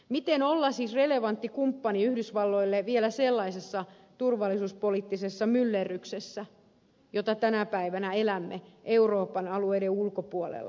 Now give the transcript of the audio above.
miten olla siis relevantti kumppani yhdysvalloille vielä sellaisessa turvallisuuspoliittisessa myllerryksessä jota tänä päivänä elämme euroopan alueiden ulkopuolella